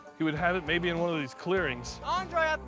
he would have it maybe in one of these clearings. andre, i